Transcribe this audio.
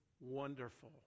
wonderful